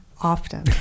Often